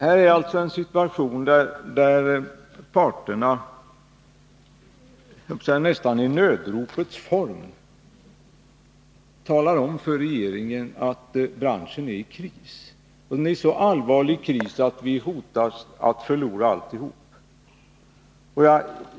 Här är alltså en situation där parterna nästan i nödropets form talar om för regeringen att branschen är i kris — så allvarlig kris att vi hotas av att förlora alltihop.